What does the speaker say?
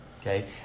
okay